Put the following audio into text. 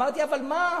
אמרתי: אבל מה?